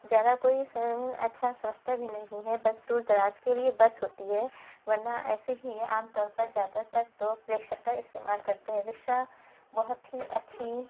زیادہ کوئی اچھا سوچتا بھی نہیں ہے بس دور دراز کے لیے بس ہوتی ہے ورنہ ایسے ہی عام طور پر زیادہ تر لوگ رکشہ کا استعمال کرتے ہیں رکشہ بہت ہی اچھی